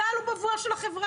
צה"ל הוא בבואה של החברה.